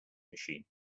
machine